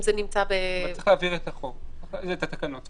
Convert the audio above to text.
צריך להבהיר את התקנות.